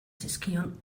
zizkion